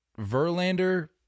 Verlander